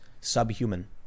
subhuman